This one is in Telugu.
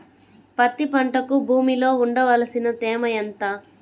పత్తి పంటకు భూమిలో ఉండవలసిన తేమ ఎంత?